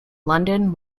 london